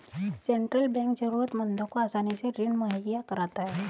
central Bank जरूरतमंदों को आसानी से ऋण मुहैय्या कराता है